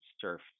surf